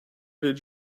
did